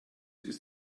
ist